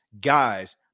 guys